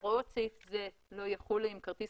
הוראות סעיף זה לא יחולו אם כרטיס